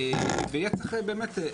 ויהיה צריך באמת,